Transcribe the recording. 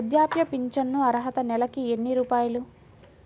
వృద్ధాప్య ఫింఛను అర్హత నెలకి ఎన్ని రూపాయలు?